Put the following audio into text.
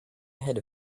ahead